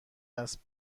است